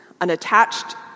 unattached